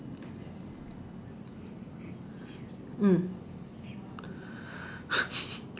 mm